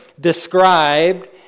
Described